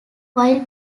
while